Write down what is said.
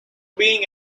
being